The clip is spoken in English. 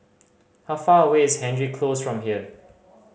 how far away is Hendry Close from here